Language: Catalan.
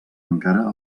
encara